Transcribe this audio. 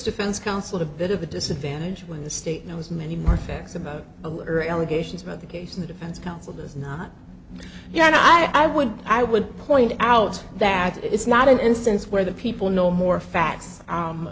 defense counsel a bit of a disadvantage when the state knows many more facts about allegations about the case the defense counsel does not yet i would i would point out that it's not an instance where the people know more fa